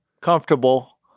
comfortable